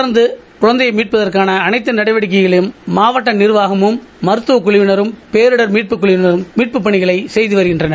தொடர்ந்து குழந்தையை மீட்பதற்கான நடவடிக்கைகளில் மாவட்ட நிலாகமும் மருத்துவக் குழுவினரும் போடர் மீட்புக் குழுவினரும் மீட்புப் பணிகளை செய்து வருகின்றனர்